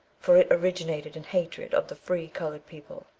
for it originated in hatred of the free coloured people.